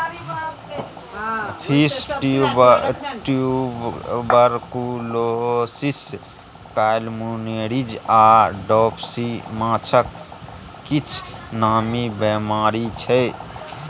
fish tuberculosis, columnaris आ dropsy माछक किछ नामी बेमारी छै